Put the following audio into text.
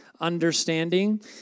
understanding